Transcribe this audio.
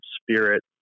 spirit